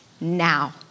now